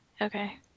Okay